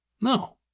No